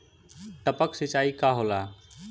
टपक सिंचाई का होला?